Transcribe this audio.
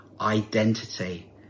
identity